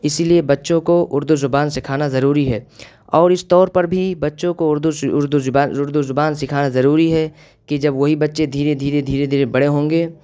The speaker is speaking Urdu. اسی لیے بچوں کو اردو زبان سکھانا ضروری ہے اور اس طور پر بھی بچوں کو اردو اردو زبان اردو زبان سکھانا ضروری ہے کہ جب وہی بچے دھیرے دھیرے دھیرے دھیرے بڑے ہوں گے